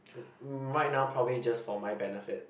r~ right now probably just for my benefit